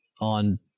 on